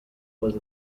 was